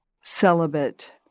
celibate